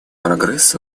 прогресс